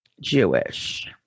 Jewish